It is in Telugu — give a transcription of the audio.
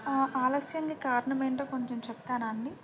ఆలస్యానికి కారణమేంటో కొంచెం చెప్తారా అండి